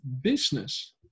business